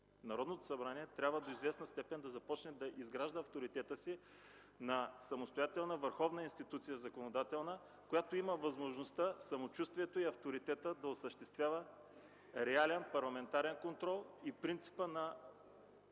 Народното събрание трябва до известна степен да започне да изгражда авторитета си на самостоятелна върховна законодателна институция, която има възможността, самочувствието и авторитета да осъществява реален парламентарен контрол и принципа на